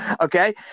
Okay